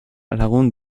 lagun